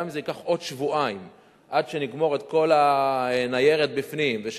גם אם זה ייקח עוד שבועיים עד שנגמור את כל הניירות בפנים ומורשה